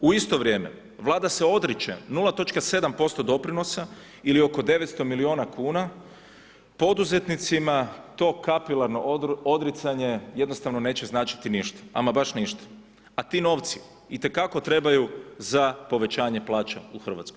U isto vrijeme Vlada se odriče 0,7% doprinosa ili oko 900 miliona kuna poduzetnicima to kapilarno odricanje jednostavno neće značiti ništa, ama baš ništa, a ti novci i te kako trebaju za povećanje plaća u Hrvatskoj.